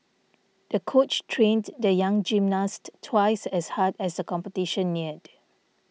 the coach trained the young gymnast twice as hard as the competition neared